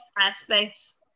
aspects